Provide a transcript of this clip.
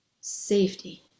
safety